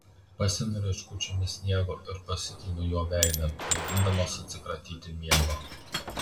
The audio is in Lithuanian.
pasemiu rieškučiomis sniego ir pasitrinu juo veidą mėgindamas atsikratyti miego